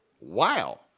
Wow